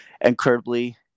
incredibly